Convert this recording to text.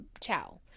Ciao